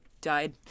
died